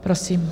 Prosím.